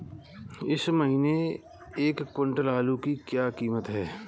इस महीने एक क्विंटल आलू की क्या कीमत है?